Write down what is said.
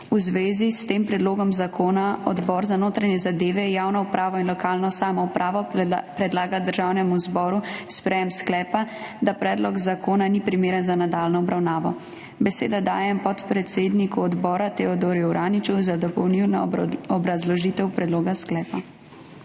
V zvezi s tem predlogom zakona Odbor za notranje zadeve, javno upravo in lokalno samoupravo predlaga Državnemu zboru sprejem sklepa, da predlog zakona ni primeren za nadaljnjo obravnavo. Besedo dajem podpredsedniku odbora Teodorju Uraniču za dopolnilno obrazložitev predloga sklepa.